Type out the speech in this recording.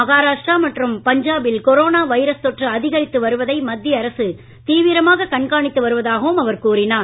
மகாராஷ்டிரா மற்றும் பஞ்சாபில் corona virus தொற்று அதிகரித்து வருவதை மத்திய அரசு தீவிரமாக கண்காணித்து வருவதாகவும் அவர் கூறினார்